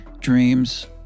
Dreams